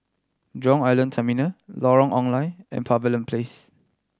Jurong Island Terminal Lorong Ong Lye and Pavilion Place